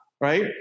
right